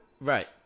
Right